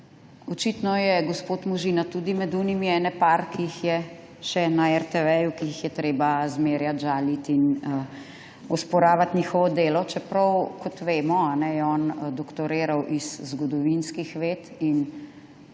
Očitno je gospod Možina tudi med tistimi nekaj, ki so še na RTV, ki jih je treba zmerjati, žaliti in ne priznavati njihovega dela. Čeprav, kot vemo, je on doktoriral iz zgodovinskih ved in